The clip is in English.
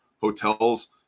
Hotels